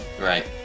right